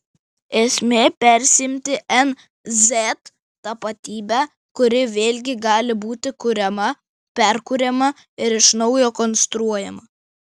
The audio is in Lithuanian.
esmė persiimti nz tapatybe kuri vėlgi gali būti kuriama perkuriama ir iš naujo konstruojama